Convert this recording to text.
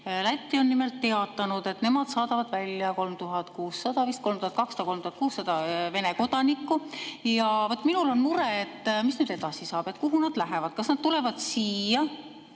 Läti on nimelt teatanud, et nemad saadavad välja 3600 Vene kodanikku. Vot minul on mure: mis nüüd edasi saab, kuhu nad lähevad? Kas nad tulevad siia,